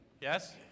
yes